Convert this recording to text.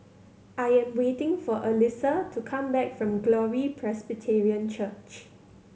I am waiting for Elyssa to come back from Glory Presbyterian Church